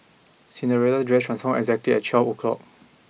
Cinderella's dress transformed exactly at twelve o'clock